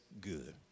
good